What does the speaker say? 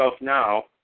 now